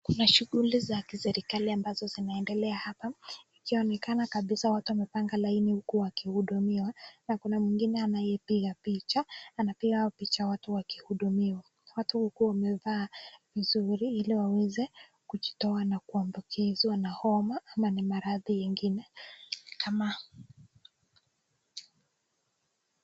Kuna shughuli za kiserikali ambazo zinaendelea hapa, ikionekana kabisa watu wamepanga laini huku wakihudumiwa, na kuna mwingine anayepiga picha, anapiga picha hawa watu wakihudumiwa. Watu huku wamevaa vizuri ili waweze kujitoa na kuambukizwa na homa ama na maradhi mengine kama..